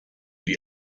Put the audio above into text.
die